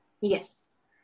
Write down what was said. Yes